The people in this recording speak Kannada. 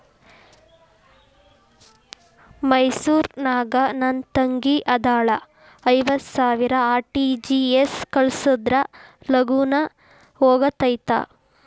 ಮೈಸೂರ್ ನಾಗ ನನ್ ತಂಗಿ ಅದಾಳ ಐವತ್ ಸಾವಿರ ಆರ್.ಟಿ.ಜಿ.ಎಸ್ ಕಳ್ಸಿದ್ರಾ ಲಗೂನ ಹೋಗತೈತ?